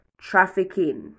trafficking